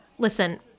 Listen